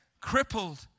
Crippled